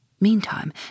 Meantime